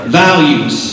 values